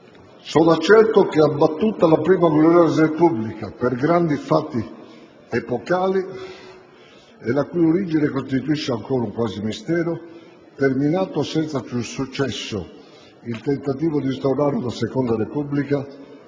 Sono certo che, abbattuta la Prima gloriosa Repubblica per grandi fatti epocali la cui origine costituisce ancora un quasi mistero, terminato senza successo il tentativo di instaurare una Seconda Repubblica,